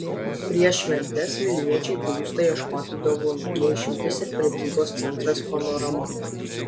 prieš šventes vilniečiai plūsta ieškoti dovanų ne išimtis ir prekybos centras panorama